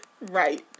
Right